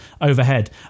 overhead